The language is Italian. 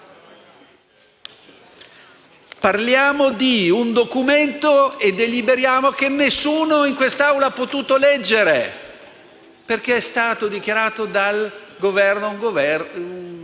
Parliamo di un documento e deliberiamo senza che nessuno in quest'Aula abbia potuto leggerlo, perché è stato dichiarato dal Governo di una